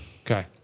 Okay